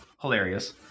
hilarious